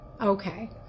Okay